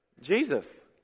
Jesus